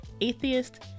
atheist